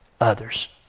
others